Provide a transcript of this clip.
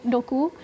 Doku